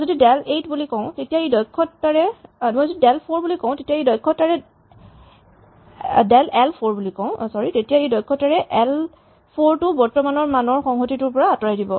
যদি মই ডেল এল৪ বুলি কওঁ তেতিয়া ই দক্ষতাৰে এল৪ টো বৰ্তমানৰ মানৰ সংহতিটোৰ পৰা আতঁৰাই দিব